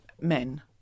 Men